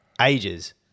ages